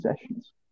sessions